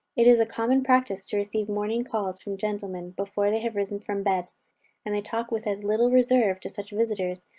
it is a common practice to receive morning calls from gentlemen, before they have risen from bed and they talk with as little reserve to such visiters,